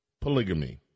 polygamy